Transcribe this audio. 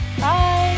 Bye